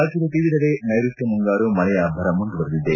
ರಾಜ್ಲದ ವಿವಿಧೆಡೆ ನೈರುತ್ನ ಮುಂಗಾರು ಮಳೆಯ ಅಬ್ಲರ ಮುಂದುವರಿದಿದೆ